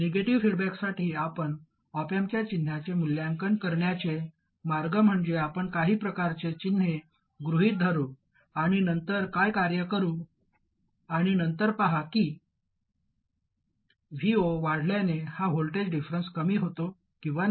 negative फीडबॅकसाठी आपण op अँपच्या चिन्हांचे मूल्यांकन करण्याचे मार्ग म्हणजे आपण काही प्रकारचे चिन्हे गृहित धरू आणि नंतर आपण कार्य करू आणि नंतर पहा की Vo वाढल्याने हा व्होल्टेज डिफरंन्स कमी होतो किंवा नाही